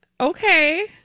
okay